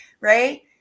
right